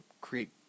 create